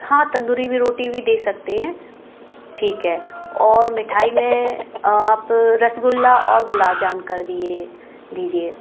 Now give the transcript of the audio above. हाँ तंदूरी भी रोटी भी दे सकते हैं ठीक है और मिठाई में आप रसगुल्ला और गुलाब जामुन कर दिए दीजिए